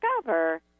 discover